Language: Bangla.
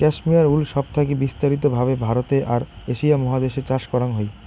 ক্যাসমেয়ার উল সব থাকি বিস্তারিত ভাবে ভারতে আর এশিয়া মহাদেশ এ চাষ করাং হই